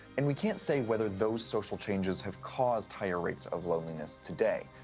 and we can't say whether those social changes have caused higher rates of loneliness today.